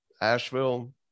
Asheville